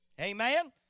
Amen